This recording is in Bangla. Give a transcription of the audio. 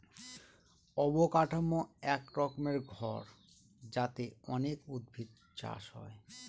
অবকাঠামো এক রকমের ঘর যাতে অনেক উদ্ভিদ চাষ হয়